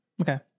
Okay